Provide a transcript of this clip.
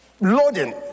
loading